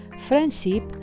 Friendship